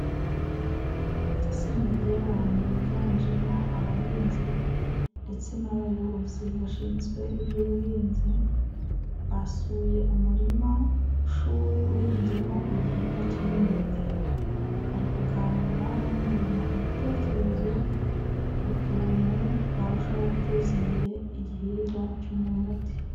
Itsinda ry'abantu biganjemo abahinzi， ndetse n'abayobozi bashinzwe iby'ubuhinzi， basuye umurimashuri，uhinzemo igihingwa cy'imyumbati. Bari kuganira bungurana ibitekerezo， ku kuntu barushaho guteza imbere， igihingwa cy'umwumbati.